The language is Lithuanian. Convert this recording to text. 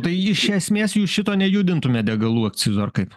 tai iš esmės jūs šito nejudintumėt degalų akcizo ar kaip